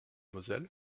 moselle